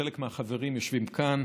וחלק מהחברים יושבים כאן.